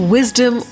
Wisdom